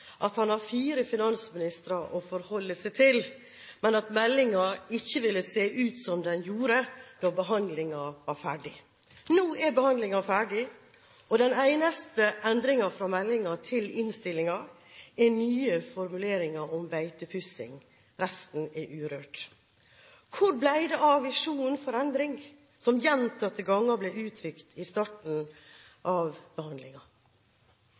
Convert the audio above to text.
at han har fire finansministre å forholde seg til, men at meldingen ikke ville se ut som den gjorde når behandlingen var ferdig. Nå er behandlingen ferdig, og den eneste endringen fra meldingen og til innstillingen er nye formuleringer om beitepussing; resten er urørt. Hvor ble det av visjonen om endring, som gjentatte ganger ble uttrykt ved starten av